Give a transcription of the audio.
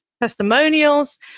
testimonials